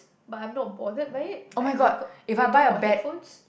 but I'm not bothered by it like where you talk when you're talking about headphones